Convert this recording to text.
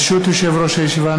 ברשות יושב-ראש הישיבה,